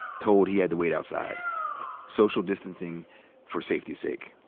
told he had to wait outside social distancing for safety's sake.